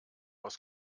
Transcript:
aus